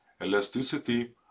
Elasticity